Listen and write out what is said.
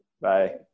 Bye